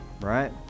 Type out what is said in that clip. Right